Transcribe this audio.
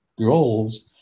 goals